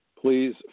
please